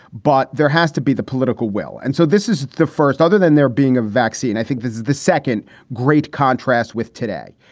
but there has to be the political will. and so this is the first. other than there being a vaccine, i think this is the second great contrast with today.